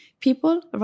People